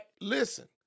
Listen